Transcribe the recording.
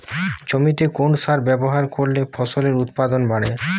জমিতে কোন সার ব্যবহার করলে ফসলের উৎপাদন বাড়ে?